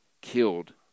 killed